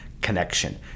connection